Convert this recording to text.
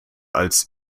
als